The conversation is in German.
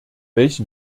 welch